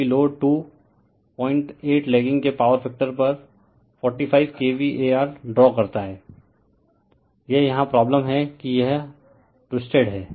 जबकि load 2 08 lagging के power factor पर 45 kVAR ड्रा करता है यह यहां प्रॉब्लम है कि यह ट्विस्टेड है